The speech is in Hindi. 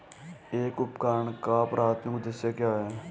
एक उपकरण का प्राथमिक उद्देश्य क्या है?